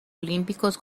olímpicos